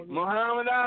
Muhammad